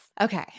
Okay